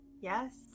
Yes